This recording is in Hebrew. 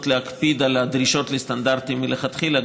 להקפיד על הדרישות לסטנדרטים מלכתחילה,